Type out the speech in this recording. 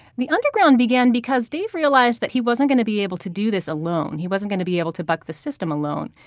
the underground began because dave realized that he wasn't going to be able to do this alone. he wasn't going to be able to buck the system alone.